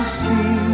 see